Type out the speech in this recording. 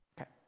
Okay